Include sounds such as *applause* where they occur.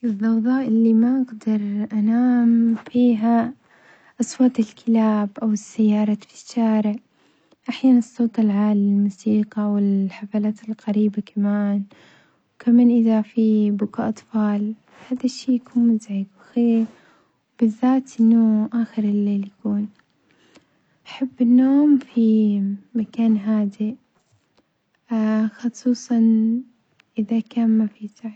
الظوظاء اللي ما أجدر أنام فيها أصوات الكلاب أو السيارات في الشارع، أحيانًا الصوت العالي للموسيقى والحفلات القريبة كمان وكمان إذا في بكا أطفال هذا الشي يكون مزعج وخي وبذات أنه آخر الليل يكون، أحب النوم في مكان هادئ خصوصًا إذا كان ما في. *unintelligible*